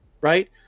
right